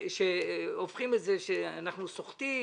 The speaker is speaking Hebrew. שהופכים את זה לכך שאנחנו סוחטים,